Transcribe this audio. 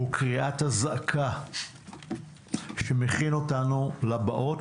הוא קריאת אזעקה שמכין אותנו לבאות,